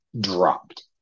dropped